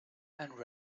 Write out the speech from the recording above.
and